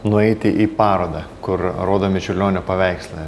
nueiti į parodą kur rodomi čiurlionio paveikslai